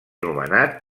nomenat